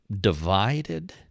divided